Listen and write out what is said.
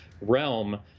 realm